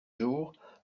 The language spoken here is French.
jour